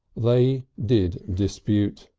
they did dispute.